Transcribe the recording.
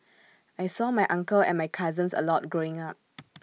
I saw my uncle and my cousins A lot growing up